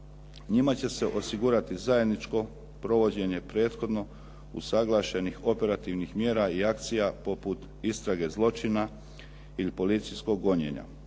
Njima će se osigurati zajedničko provođenje prethodno usuglašenih operativnih mjera i akcija poput istrage zločina ili policijskog gonjenja